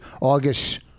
August